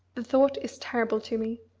the thought is terrible to me.